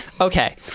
Okay